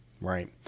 right